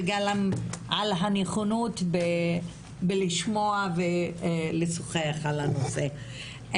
וגם על הנכונות בלשמוע ולשוחח על הנושא.